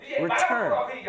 return